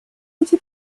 ходе